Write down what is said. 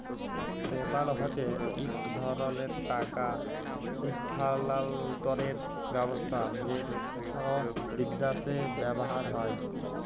PayPal হছে ইক ধরলের টাকা ইসথালালতরের ব্যাবস্থা যেট বিদ্যাশে ব্যাভার হয়